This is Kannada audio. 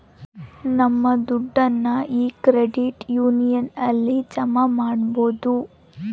ನಮ್ ದುಡ್ಡನ್ನ ಈ ಕ್ರೆಡಿಟ್ ಯೂನಿಯನ್ ಅಲ್ಲಿ ಜಮಾ ಮಾಡ್ಬೋದು